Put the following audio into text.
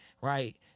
Right